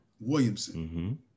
Williamson